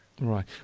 Right